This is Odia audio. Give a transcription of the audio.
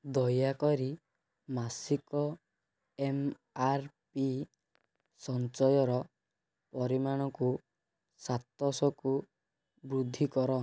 ଦୟାକରି ମାସିକ ଏମ୍ ଆର୍ ପି ସଞ୍ଚୟର ପରିମାଣକୁ ସାତଶହକୁ ବୃଦ୍ଧି କର